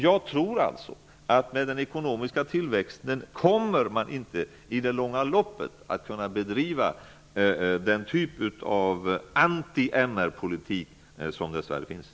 Jag tror alltså att man med den ekonomiska tillväxten i det långa loppet inte kommer att kunna bedriva den typ av anti-MR politik som dess värre nu bedrivs.